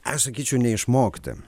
aš sakyčiau ne išmokti